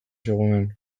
zegoen